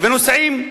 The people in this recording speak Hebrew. ונוסעים,